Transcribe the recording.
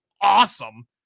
awesome